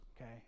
okay